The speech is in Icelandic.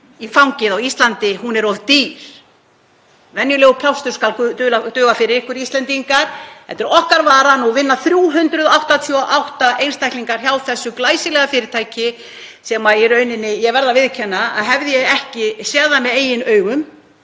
í fangið á Íslandi. Hún er of dýr. Venjulegur plástur skal duga fyrir ykkur, Íslendingar. Þetta er okkar vara, það vinna 388 einstaklingar hjá þessu glæsilega fyrirtæki og ég verð að viðurkenna að hefði ég ekki séð það með eigin augum